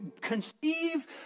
conceive